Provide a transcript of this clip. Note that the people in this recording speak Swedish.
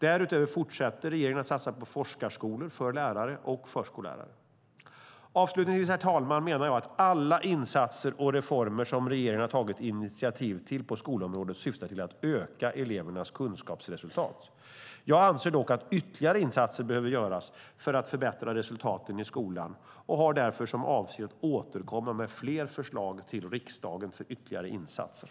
Därutöver fortsätter regeringen att satsa på forskarskolor för lärare och förskollärare Avslutningsvis, herr talman, menar jag att alla insatser och reformer som regeringen har tagit initiativ till på skolområdet syftar till att öka elevernas kunskapsresultat. Jag anser dock att ytterligare insatser behöver göras för att förbättra resultaten i skolan och har därför för avsikt att återkomma med fler förslag till riksdagen om ytterligare insatser.